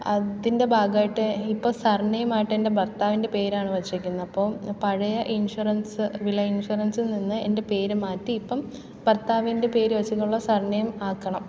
അതിന്റെ ഭാഗമായിട്ട് ഇപ്പോൾ സർനേയ്മ് ആയിട്ട് എന്റെ ഭർത്താവിന്റെ പേരാണ് വച്ചിരിക്കുന്നത് അപ്പോൾ പഴയ ഇൻഷുറൻസ്സ് വിള ഇൻഷുറൻസിൽ നിന്ന് എന്റെ പേര് മാറ്റി ഇപ്പം ഭർത്താവിന്റെ പേര് വെച്ചിട്ടുള്ള സർനെയിം ആക്കണം